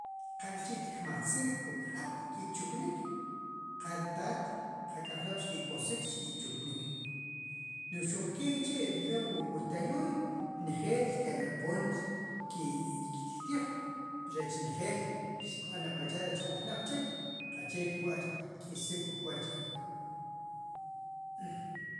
Qak'chi' tkmatz rik wu kq'aab' ki'chiknik qa ri taat, qa ki ajk'lob' xki'kosiik xki'chukniik, no'j xuqkee k'chi' wu tayuuy njeel ke'la'poom ki' ktiij. rech njeel xtkb'aan aprovechaar ju jnoob'chik. qache kewa' xtk'isik wu kwooy,